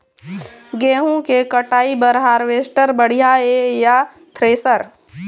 गेहूं के कटाई बर हारवेस्टर बढ़िया ये या थ्रेसर?